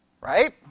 right